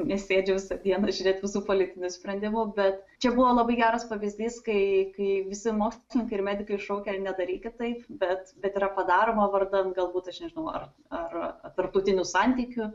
nesėdžiu visą dieną žiūrėt visų politinių sprendimų bet čia buvo labai geras pavyzdys kai kai visi mokslininkai ir medikai šaukia nedaryk kitaip bet bet yra padaroma vardan galbūt aš nežinau ar ar tarptautinių santykių